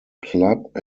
club